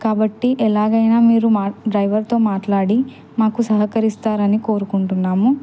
కాబట్టి ఎలాగైనా మీరు మా డ్రైవర్తో మాట్లాడి మాకు సహకరిస్తారని కోరుకుంటున్నాము